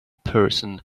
person